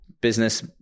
business